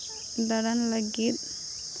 ᱫᱟᱬᱟᱱ ᱞᱟᱹᱜᱤᱫ